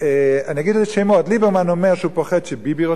אני אגיד שמות: ליברמן אומר שהוא פוחד שביבי רוצה בחירות,